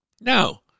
No